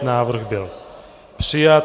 Návrh byl přijat.